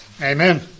Amen